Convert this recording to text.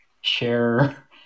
share